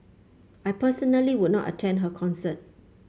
I personally would not attend her concert